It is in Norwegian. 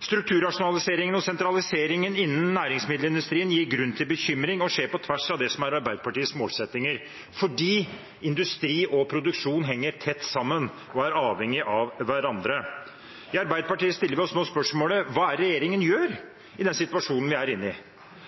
Strukturrasjonaliseringen og sentraliseringen innen næringsmiddelindustrien gir grunn til bekymring og skjer på tvers av det som er Arbeiderpartiets målsettinger, fordi industri og produksjon henger tett sammen og er avhengig av hverandre. I Arbeiderpartiet stiller vi oss nå spørsmålet: Hva er det regjeringen gjør i den situasjonen vi er inne i? Jeg håper at landbruksministeren er enig med Arbeiderpartiet i